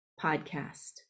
podcast